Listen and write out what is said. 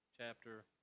chapter